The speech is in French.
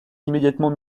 immédiatement